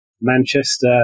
Manchester